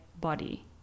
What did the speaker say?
body